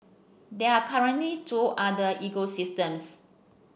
there are currently two other ecosystems